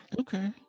Okay